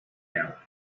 now